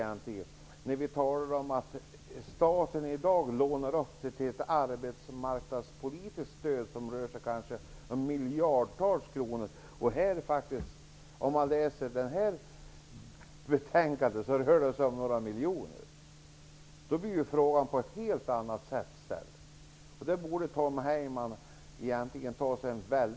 Vi talar i dag om att staten lånar pengar till ett arbetsmarknadspolitiskt stöd. Det rör sig om ett antal miljarder kronor. Om man läser det betänkande vi nu diskuterar finner man att det här rör sig om några miljoner. Då kommer saken i ett helt annat läge. Tom Heyman borde ta sig en ordentlig funderare.